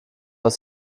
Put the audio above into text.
aus